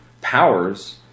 powers